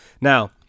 now